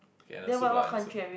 K and the soup lah and the soup